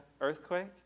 earthquake